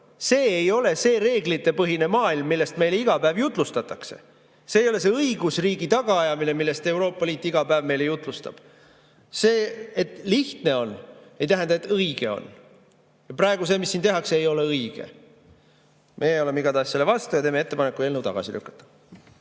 See ei ole see reeglitepõhine maailm, millest meile iga päev jutlustatakse. See ei ole see õigusriigi tagaajamine, millest Euroopa Liit meile iga päev jutlustab. See, et lihtne on, ei tähenda, et õige on. See, mida siin praegu tehakse, ei ole õige. Meie oleme igatahes selle vastu ja teeme ettepaneku eelnõu tagasi lükata.